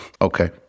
Okay